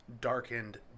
darkened